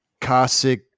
Cossack